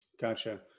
Gotcha